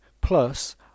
plus